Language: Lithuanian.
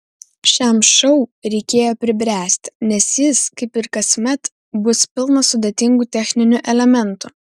šiam šou reikėjo pribręsti nes jis kaip ir kasmet bus pilnas sudėtingų techninių elementų